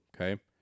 okay